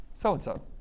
so-and-so